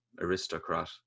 aristocrat